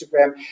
Instagram